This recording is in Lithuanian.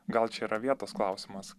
gal čia yra vietos klausimas